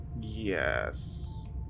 Yes